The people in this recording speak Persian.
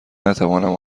نتوانم